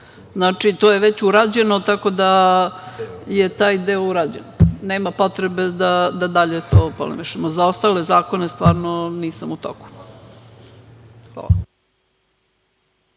u EU. To je već urađeno, tako da je taj deo urađen. Nema potrebe da dalje polemišemo. Za ostale zakone stvarno nisam u toku. Hvala.